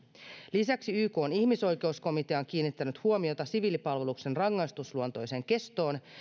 lisäksi ykn ihmisoikeuskomitea on kiinnittänyt huomiota siviilipalveluksen rangaistusluontoiseen kestoon